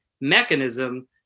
mechanism